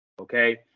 okay